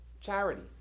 charity